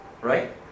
Right